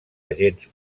agents